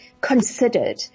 considered